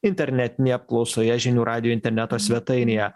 internetinėje apklausoje žinių radijo interneto svetainėje